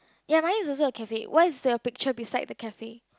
ya mine is also a cafe what is your picture beside the cafe